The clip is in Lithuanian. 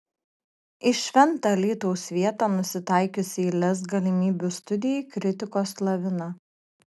į šventą alytaus vietą nusitaikiusiai lez galimybių studijai kritikos lavina